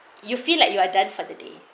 you feel like you are done for the day